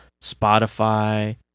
spotify